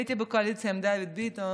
הייתי בקואליציה עם דוד ביטן.